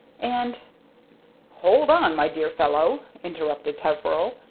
and hold on, my dear fellow! interrupted peveril.